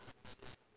ya